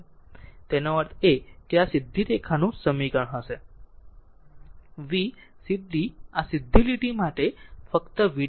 તેથી તેનો અર્થ એ કે આ સીધી રેખાનું સમીકરણ હશે v સીધી આ સીધી લીટી માટે ફક્ત v t 4 t